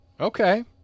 Okay